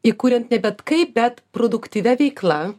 ir kuriant ne bet kaip bet produktyvia veikla